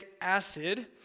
acid